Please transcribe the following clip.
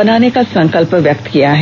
बनाने का संकल्प व्यक्त किया है